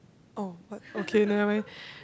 oh but okay never mind